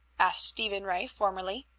asked stephen ray formally.